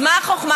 אז מה החוכמה?